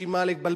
בשביל מה לבלבל,